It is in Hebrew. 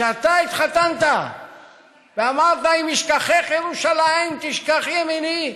כשאתה התחתנת ואמרת: "אם אשכחך ירושלים תשכח ימיני,